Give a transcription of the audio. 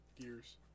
Gears